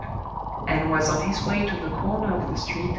and was on his way to the corner of the street,